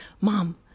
mom